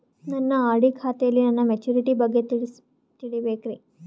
ನನ್ನ ಆರ್.ಡಿ ಖಾತೆಯಲ್ಲಿ ನನ್ನ ಮೆಚುರಿಟಿ ಬಗ್ಗೆ ತಿಳಿಬೇಕ್ರಿ